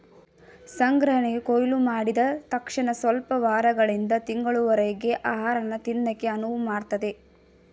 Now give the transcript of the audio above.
ಸಂಗ್ರಹಣೆಯು ಕೊಯ್ಲುಮಾಡಿದ್ ತಕ್ಷಣಸ್ವಲ್ಪ ವಾರಗಳಿಂದ ತಿಂಗಳುಗಳವರರ್ಗೆ ಆಹಾರನ ತಿನ್ನಕೆ ಅನುವುಮಾಡ್ತದೆ